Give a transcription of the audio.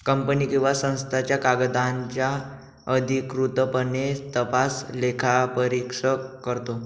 company किंवा संस्थांच्या कागदांचा अधिकृतपणे तपास लेखापरीक्षक करतो